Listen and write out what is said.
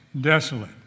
desolate